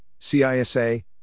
CISA